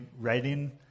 writing